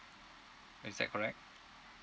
is that correct